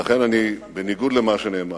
ואכן, בניגוד למה שנאמר,